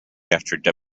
after